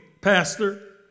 Pastor